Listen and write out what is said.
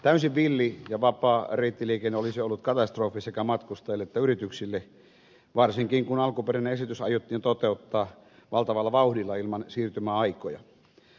täysin villi ja vapaa reittiliikenne olisi ollut katastrofi sekä matkustajille että yrityksille varsinkin kun alkuperäinen esitys aiottiin toteuttaa valtavalla vauhdilla ilman siirtymäaikoja